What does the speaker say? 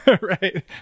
right